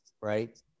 right